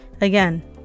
Again